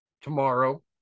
tomorrow